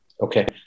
Okay